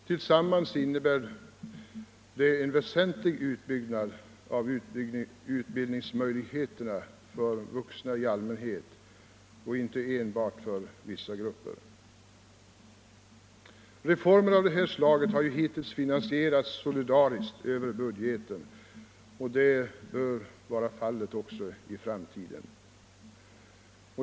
Tillsammans innebär de en väsentlig utbyggnad av utbildningsmöjligheterna för vuxna i allmänhet och inte enbart för vissa grupper. Sådana reformer har hittills finansierats solidariskt över budgeten och det bör vara fallet också i framtiden.